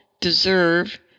deserve